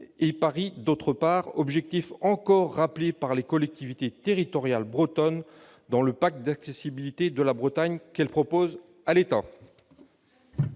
et Paris, d'autre part, objectif encore rappelé par les collectivités territoriales bretonnes dans le pacte d'accessibilité de la Bretagne qu'elles proposent à l'État.